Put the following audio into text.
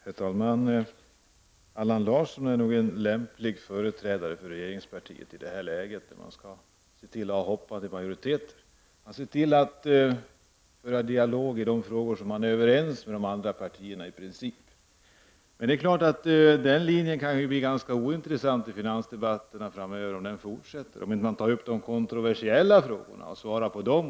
Herr talman! Allan Larsson är nog en lämplig företrädare för regeringspartiet i det här läget, när man skall basera politiken på hoppande majoriteter och se till att föra dialog med de andra partierna i de frågor som man i princip är överens med dem om. Men det är klart att finansdebatterna framöver kan bli ganska ointressanta om detta fortsätter och om man inte tar upp de kontroversiella frågorna och svarar på dem.